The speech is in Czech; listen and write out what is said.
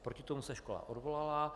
Proti tomu se škola odvolala.